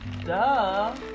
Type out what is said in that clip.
duh